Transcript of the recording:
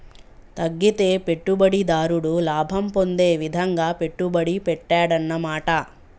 తగ్గితే పెట్టుబడిదారుడు లాభం పొందే విధంగా పెట్టుబడి పెట్టాడన్నమాట